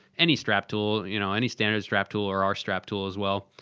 any strap tool, you know, any standard strap tool, or our strap tool, as well,